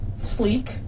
sleek